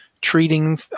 treating